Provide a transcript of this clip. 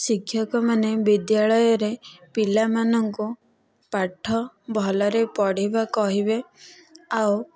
ଶିକ୍ଷକମାନେ ବିଦ୍ୟାଳୟରେ ପିଲାମାନଙ୍କୁ ପାଠ ଭଲରେ ପଢ଼ିବ କହିବେ ଆଉ